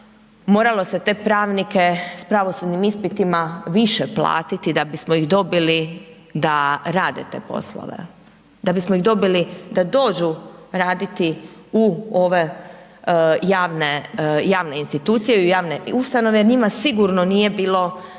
moralo se te pravnike s pravosudnim ispitima više platiti da bismo ih dobili da rade te poslove, da bismo ih dobili da dođu raditi u ove javne institucije i u javne ustanove jel njima sigurno nije bilo